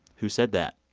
who said that?